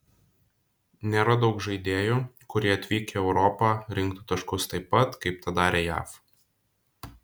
nėra daug žaidėjų kurie atvykę į europą rinktų taškus taip pat kaip tą darė jav